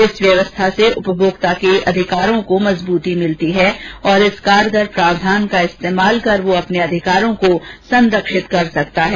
इस व्यवस्था से उपभोक्ता के अधिकारी को मजबूत मिलती है और इस कारगर प्रावधान का इस्तेमाल कर वह अपने अधिकारों को संरक्षित रख सकता है